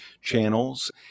channels